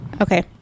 Okay